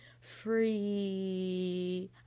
free